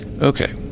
Okay